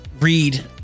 read